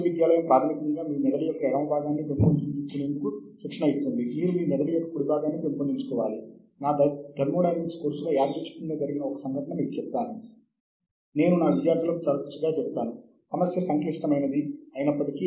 ఇది పత్రిక యొక్క కథనం గురించి ఆ కధనం ఎన్ని సార్లు ఉదహరించబడింది